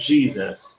Jesus